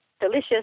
delicious